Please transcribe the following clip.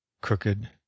crooked